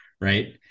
Right